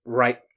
right